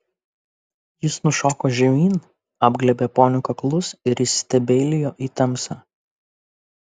jis nušoko žemyn apglėbė ponių kaklus ir įsistebeilijo į tamsą